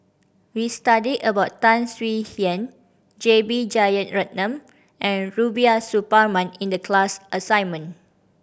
we studied about Tan Swie Hian J B Jeyaretnam and Rubiah Suparman in the class assignment